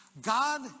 God